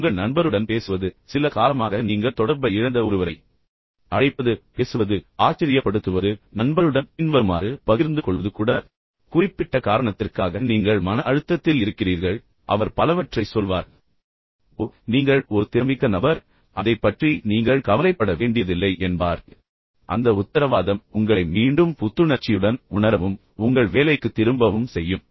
உங்கள் நண்பருடன் பேசுவது ஒரு மிக நெருங்கிய நண்பர் சில காலமாக நீங்கள் தொடர்பை இழந்த ஒருவர் அழைப்பது பேசுவது மற்றும் நண்பரை ஆச்சரியப்படுத்துவது மற்றும் நண்பருடன் பின்வருமாறு பின்வருமாறு பகிர்ந்து கொள்வது கூட இந்த குறிப்பிட்ட காரணத்திற்காக நீங்கள் மன அழுத்தத்தில் இருக்கிறீர்கள் ஓ நண்பர் உங்களுக்கு பல விஷயங்களைச் சொல்வார் ஓ நீங்கள் ஒரு திறமிக்க நபர் என்றும் அதைப் பற்றி நீங்கள் கவலைப்பட வேண்டியதில்லை என்றும் சொல்லுவார் அந்த உத்தரவாதம் உங்களை மீண்டும் புத்துணர்ச்சியுடன் உணரவும் உங்கள் வேலைக்குத் திரும்பவும் செய்யும்